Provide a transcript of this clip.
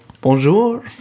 bonjour